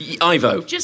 Ivo